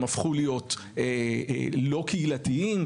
הם הפכו להיות לא קהילתיים?